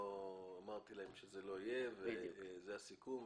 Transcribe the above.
אמרתי להם שזה לא יהיה, וזה הסיכום.